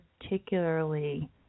particularly